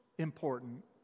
important